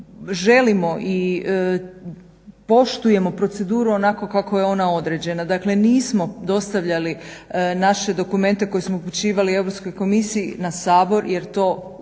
želimo i poštujemo proceduru onako kako je ona određena. Dakle, nismo dostavljali naše dokumente koje smo upućivali Europskoj komisiji na Sabor jer to u